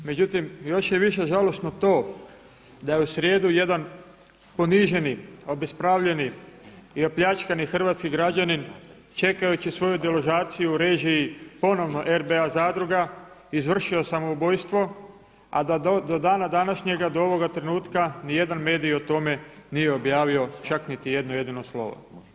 Međutim, još je više žalosno to da je u srijedu jedan poniženi, obespravljeni i opljačkani hrvatski građanin čekajući svoju deložaciju u režiji ponovno RBA zadruga izvršio samoubojstvo a da do dana današnjega, do ovoga trenutka niti jedan medij o tome nije objavio čak niti jedno jedino slovo.